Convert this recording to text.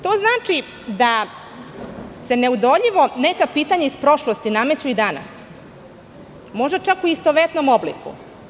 To znači da se neodoljivo neka pitanja iz prošlosti nameću i danas možda čak u istovetnom obliku.